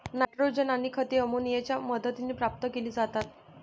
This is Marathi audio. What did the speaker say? नायट्रोजन आणि खते अमोनियाच्या मदतीने प्राप्त केली जातात